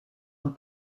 een